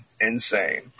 insane